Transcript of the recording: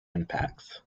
impacts